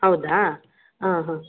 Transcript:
ಹೌದಾ ಹಾಂ ಹಾಂ